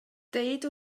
dyweda